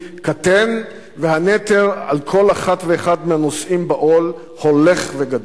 קטן והנטל על כל אחת ואחד מהנושאים בעול הולך וגדל.